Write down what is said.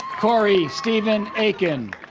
corey stephen aiken